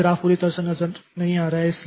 तो यह ग्राफ पूरी तरह से नहीं आ रहा है